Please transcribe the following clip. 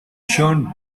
john